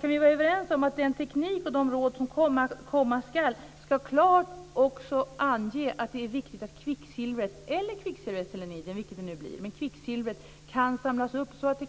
Kan vi vara överens om att den teknik och de råd som komma ska klart ska ange att det är viktigt att kvicksilvret eller kvicksilverseleniden, vilket det nu blir, kan samlas upp och